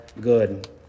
good